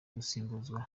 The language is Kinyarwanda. gusimbuzwa